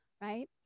right